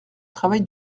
travail